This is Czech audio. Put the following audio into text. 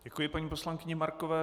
Děkuji paní poslankyni Markové.